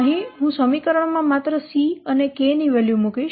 અહીં હું સમીકરણમાં માત્ર c અને k ની વેલ્યુ મૂકીશ